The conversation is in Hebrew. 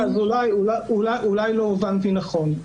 אולי לא הובנתי נכון.